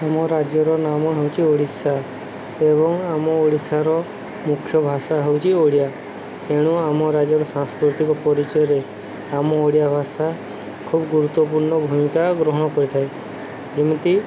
ଆମ ରାଜ୍ୟର ନାମ ହେଉଛି ଓଡ଼ିଶା ଏବଂ ଆମ ଓଡ଼ିଶାର ମୁଖ୍ୟ ଭାଷା ହେଉଛି ଓଡ଼ିଆ ତେଣୁ ଆମ ରାଜ୍ୟର ସାଂସ୍କୃତିକ ପରିଚୟରେ ଆମ ଓଡ଼ିଆ ଭାଷା ଖୁବ ଗୁରୁତ୍ୱପୂର୍ଣ୍ଣ ଭୂମିକା ଗ୍ରହଣ କରିଥାଏ ଯେମିତି